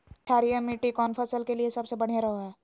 क्षारीय मिट्टी कौन फसल के लिए सबसे बढ़िया रहो हय?